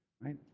right